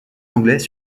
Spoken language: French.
anglais